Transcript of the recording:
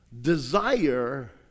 desire